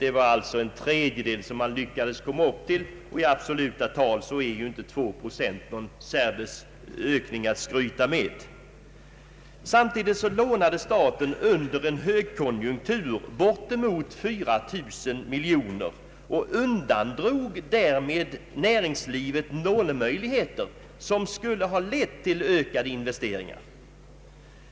Man lyckades alltså bara komma upp till en tredjedel härav, och i absoluta tal är 2 procent inte någon ökning att skryta med. Samtidigt lånade staten under en högkonjunktur bortemot 4 000 miljoner kronor och undandrog därmed näringslivet lånemöjligheter som skulle ha lett till ökade investeringar.